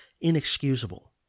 inexcusable